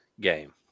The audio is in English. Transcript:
game